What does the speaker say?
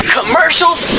commercials